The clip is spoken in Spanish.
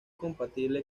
compatible